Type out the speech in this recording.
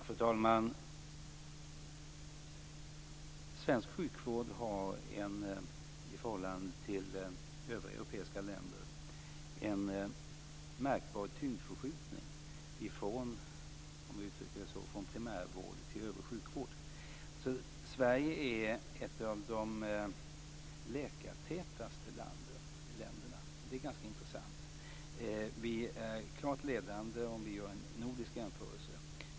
Fru talman! Svensk sjukvård har i förhållande till övriga europeiska länder en märkbar tyngdförskjutning från, om vi uttrycker det så, primärvård till övrig sjukvård. Sverige är ett av de läkartätaste länderna. Det är ganska intressant. Vi är klart ledande vid en nordisk jämförelse.